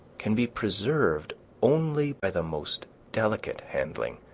can be preserved only by the most delicate handling.